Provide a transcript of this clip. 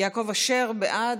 יעקב אשר, בעד,